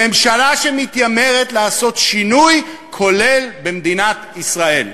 בממשלה שמתיימרת לעשות שינוי כולל במדינת ישראל.